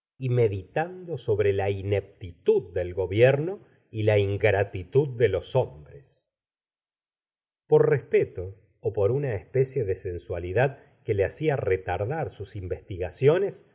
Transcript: y meditando sobre la ineptitud del gobierno y la ingratitud de los hombres por respeto ó por una especie de sensualidad que le hacia retardar sus investigaciones